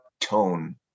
tone